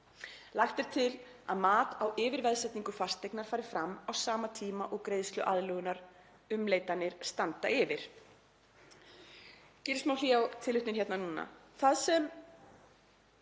Lagt er til að mat á yfirveðsetningu fasteignar fari fram á sama tíma og greiðsluaðlögunarumleitanir standa yfir.“